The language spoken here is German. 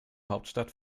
hauptstadt